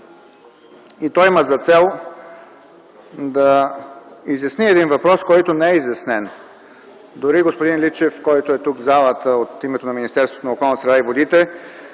То има за цел да изясни един въпрос, който не е изяснен. Дори и господин Личев, който е тук, в залата, от името на Министерството на околната среда и водите,